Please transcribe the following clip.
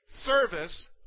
Service